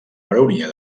baronia